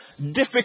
Difficult